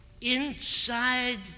inside